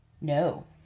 No